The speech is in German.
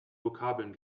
vokabeln